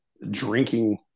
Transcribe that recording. drinking